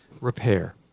repair